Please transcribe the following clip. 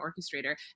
orchestrator